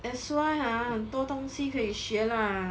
that's why ah 很多东西可以学 lah